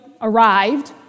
arrived